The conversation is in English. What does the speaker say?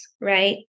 right